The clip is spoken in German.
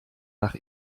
nach